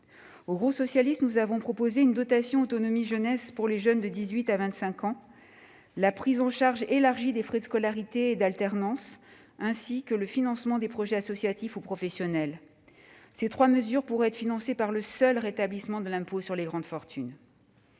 Au groupe socialiste, nous avons proposé une dotation d'autonomie pour la jeunesse destinée aux jeunes de 18 à 25 ans, la prise en charge élargie des frais de scolarité et d'alternance, ainsi que le financement des projets associatifs ou professionnels. Ces trois mesures pourraient être financées par le seul rétablissement de l'impôt sur les grandes fortunes